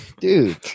dude